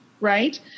right